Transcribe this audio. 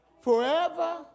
forever